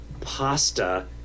pasta